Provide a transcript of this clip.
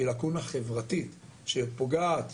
שהיא לקונה חברתית שפוגעת